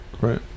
right